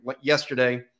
yesterday